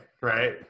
Right